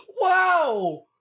Wow